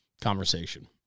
conversation